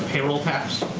payroll tax